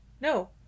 No